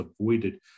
avoided